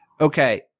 okay